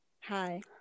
Hi